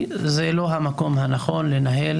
מי שלא חבר בוועדת החוקה לא יוכל לקחת